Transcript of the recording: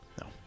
No